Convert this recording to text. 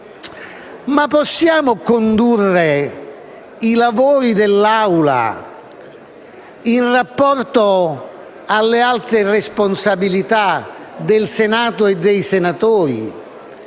possiamo condurre i lavori dell'Assemblea in rapporto alle altre responsabilità del Senato e dei senatori